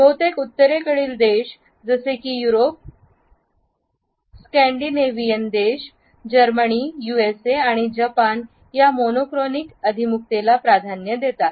बहुतेक उत्तरेकडील देश जसे की युरोप स्कँडिनेव्हियन देश जर्मनी यूएसए आणि जपान या मोनोक्रॉनिक अभिमुखतेला प्राधान्य देतात